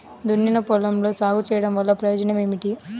దున్నిన పొలంలో సాగు చేయడం వల్ల ప్రయోజనం ఏమిటి?